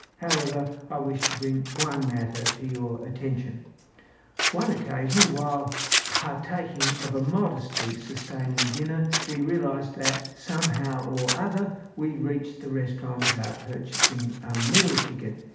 however, i wish to bring one matter to your attention. on one occasion, while partaking of a modestly sustaining dinner, we realised that, somehow or other, we had reached the restaurant without purchasing a meal ticket,